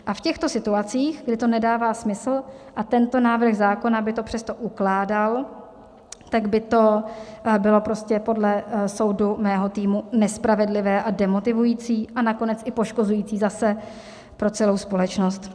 A v těchto situacích, kdy to nedává smysl, a tento návrh zákona by to přesto ukládal, tak by to bylo prostě podle soudu mého týmu nespravedlivé a demotivující a nakonec i poškozující zase pro celou společnost.